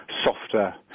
softer